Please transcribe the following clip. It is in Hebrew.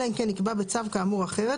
אלא אם כן נקבע בצו כאמור אחרת,